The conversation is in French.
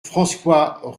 françois